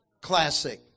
Classic